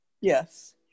Yes